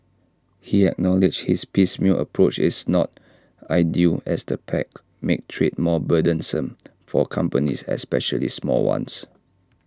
he acknowledged this piecemeal approach is not ideal as the pacts make trade more burdensome for companies especially small ones